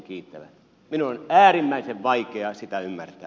minun on äärimmäisen vaikea sitä ymmärtää